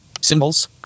symbols